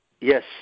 Yes